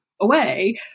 away